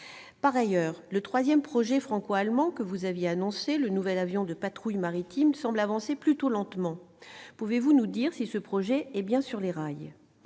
Par ailleurs, le troisième projet franco-allemand que vous aviez annoncé, le nouvel avion de patrouille maritime, semble avancer plutôt lentement. Pouvez-vous nous dire si ce dossier est sur de bons rails ?